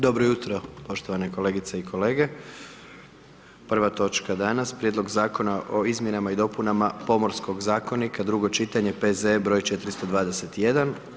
Dobro jutro poštovane kolegice i kolege, prva točka danas: - Prijedlog Zakona o izmjena i dopunama pomorskog zakonika, drugo čitanje, P.Z.E. broj 421.